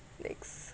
next